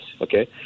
okay